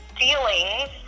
feelings